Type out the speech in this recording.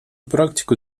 практику